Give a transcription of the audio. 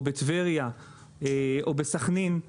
או בטבריה או בסח'נין,